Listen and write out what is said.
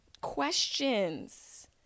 questions